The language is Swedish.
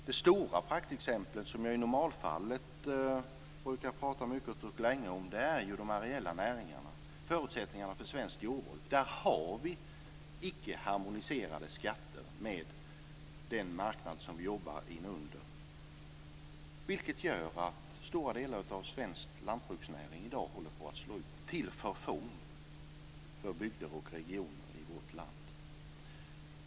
Det stora praktexemplet som jag i normalfallet brukar tala mycket och länge om är de areella näringarna och förutsättningarna för svenskt jordbruk där vi inte har skatter som är harmoniserade med den marknad som vi jobbar på, vilket gör att stora delar av svensk lantbruksnäring i dag håller på att slås ut till förfång för bygder och regioner i vårt land.